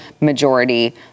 majority